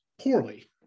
poorly